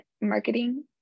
marketing